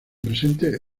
presentes